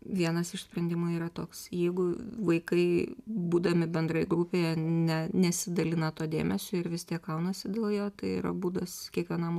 vienas iš sprendimų yra toks jeigu vaikai būdami bendrai grupėje ne nesidalina tuo dėmesiu ir vis tiek kaunasi dėl jo tai yra būdas kiekvienam